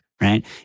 right